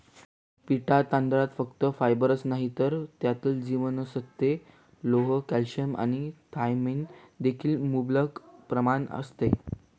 पिटा तांदळात फक्त फायबरच नाही तर त्यात जीवनसत्त्वे, लोह, कॅल्शियम आणि थायमिन देखील मुबलक प्रमाणात असते